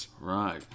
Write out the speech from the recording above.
Right